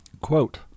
Quote